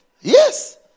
yes